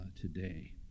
today